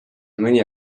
mõni